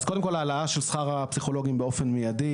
אז קודם כל העלאה של שכר הפסיכולוגים באופן מיידי.